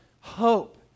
hope